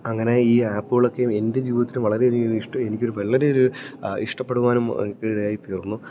അങ്ങനെ ഈ ആപ്പുകളൊക്കെയും എൻ്റെ ജീവിതത്തിനും വളരെയധികം ഇഷ്ടം എനിക്കൊരു വളരെ ഒരു ഇഷ്ടപ്പെടുവാനും എനിക്കിടയായിത്തീർന്നു